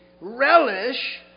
relish